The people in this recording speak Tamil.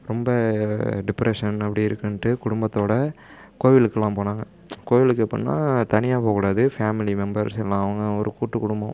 ரொம்ப டிப்ரஷன் அப்படி இருக்குன்ட்டு குடும்பத்தோடய கோவிலுக்குலாம் போனாங்க கோவிலுக்கு எப்படினா தனியாக போககூடாது ஃபேமிலி மெம்பர்ஸ் எல்லாம் அவங்க ஒரு கூட்டுக்குடும்பம்